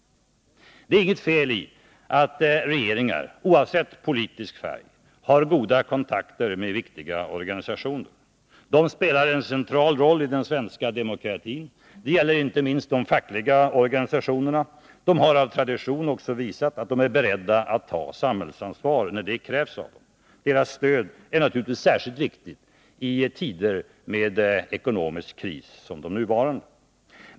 Det är inget fel i att regeringar, oavsett politisk färg, har goda kontakter med viktiga organisationer. De spelar en central roll i den svenska demokratin. Det gäller inte minst de fackliga organisationerna. De har av tradition också visat att de är beredda att ta samhällsansvar, när det krävs av dem. Deras stöd är naturligtvis särskilt viktigt i tider med ekonomisk kris som den nuvarande.